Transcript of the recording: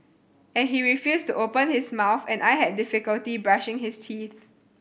and he refused to open his mouth and I had difficulty brushing his teeth